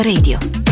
Radio